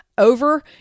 over